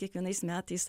kiekvienais metais